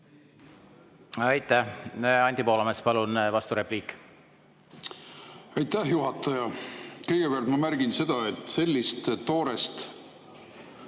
Aitäh! Anti Poolamets, palun, vasturepliik! Aitäh, juhataja! Kõigepealt ma märgin seda, et sellist toorest